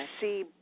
see